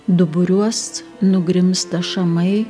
duburiuos nugrimzta šamai